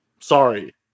Sorry